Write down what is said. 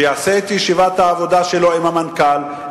יעשה את ישיבת העבודה שלו עם המנכ"ל,